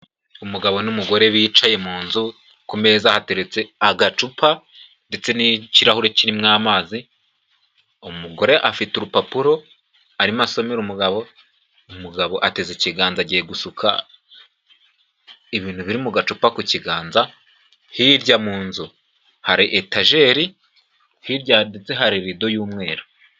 Umugabo n'umugore bicaye mu nzu, ku meza hateretse agacupa, ndetse n'ikirahure kirimo amazi, umugore afite urupapuro arimo asomera umugabo. Umugabo ateze ikiganza agiye gusuka ibintu biri mu gacupa ku kiganza, hirya mu nzu hari etajeri, hirya ndetse harirido y'umweru.